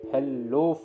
Hello